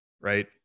right